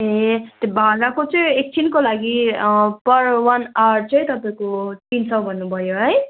ए त्यो भाडाको चाहिँ एकछिनको लागि पर वन आवर चाहिँ तपाईँको तिन सय भन्नु भयो है